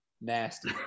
nasty